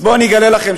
אז בואו אני אגלה לכם,